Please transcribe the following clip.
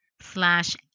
slash